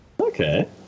Okay